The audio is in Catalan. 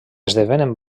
esdevenen